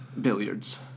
billiards